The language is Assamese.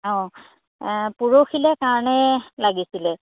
অঁ পৰহিলৈ কাৰণে লাগিছিলে